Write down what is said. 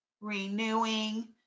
renewing